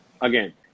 again